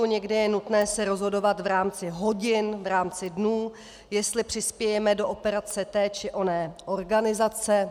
Někdy je nutné se rozhodovat v rámci hodin, v rámci dnů, jestli přispějeme do operace té či oné organizace.